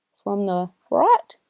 from the right.